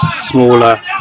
smaller